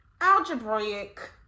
algebraic